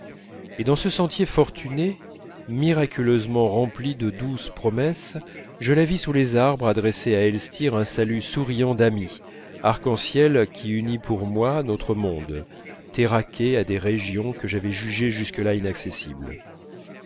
et dans ce sentier fortuné miraculeusement rempli de douces promesses je la vis sous les arbres adresser à elstir un salut souriant d'amie arc-en-ciel qui unit pour moi notre monde terraqué à des régions que j'avais jugées jusque-là inaccessibles